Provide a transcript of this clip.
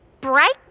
bright